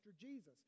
Jesus